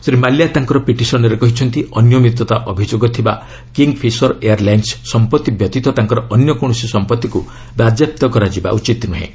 ଶ୍ରୀ ମାଲ୍ୟା ତାଙ୍କର ପିଟିସନ୍ରେ କହିଛନ୍ତି ଅନିୟମିତତା ଅଭିଯୋଗ ଥିବା କିଙ୍ଗ୍ ଫିଶର୍ ଏୟାର୍ ଲାଇନ୍ସ ସମ୍ପତ୍ତି ବ୍ୟତୀତ ତାଙ୍କର ଅନ୍ୟ କୌଣସି ସମ୍ପତ୍ତିକୃ ବାଜ୍ୟାପ୍ତ କରାଯିବା ଉଚିତ ନୃହେଁ